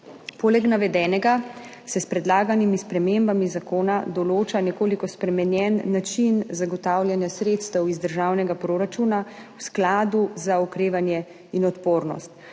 Poleg navedenega se s predlaganimi spremembami zakona določa nekoliko spremenjen način zagotavljanja sredstev iz državnega proračuna v Skladu za okrevanje in odpornost.